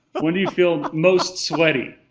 but when do you feel most sweaty?